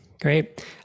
Great